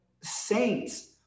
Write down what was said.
saints